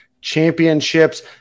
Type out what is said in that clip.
championships